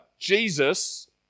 Jesus